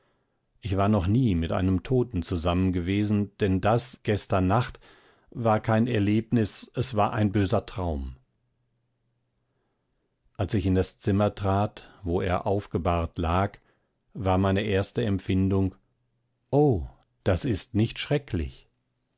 ich war noch nie mit einem toten zusammengewesen denn das gestern nacht war kein erlebnis es war ein böser traum als ich in das zimmer trat wo er aufgebahrt lag war meine erste empfindung oh das ist nicht schrecklich